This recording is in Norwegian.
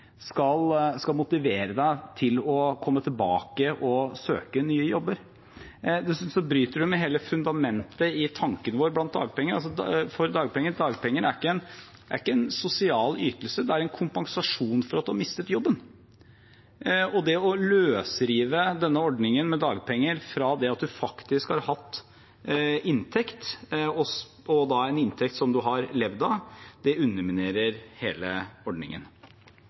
skal motivere en til å komme tilbake og søke nye jobber? Dessuten bryter det med hele fundamentet i tanken vår om dagpenger. Dagpenger er ikke en sosial ytelse, det er en kompensasjon for at man har mistet jobben. Det å løsrive denne ordningen med dagpenger fra det at man faktisk har hatt inntekt, og da en inntekt man har levd av, underminerer hele ordningen.